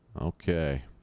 Okay